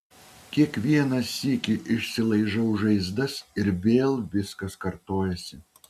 kiekvieną sykį išsilaižau žaizdas ir vėl viskas kartojasi